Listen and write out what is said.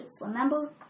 Remember